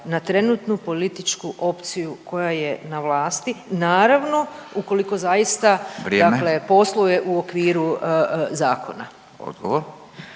na trenutnu političku opciju koja je na vlasti, naravno ukoliko zaista …/Upadica Radin: